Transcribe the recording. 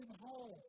home